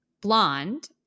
blonde